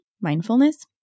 mindfulness